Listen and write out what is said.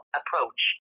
approach